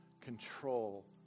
control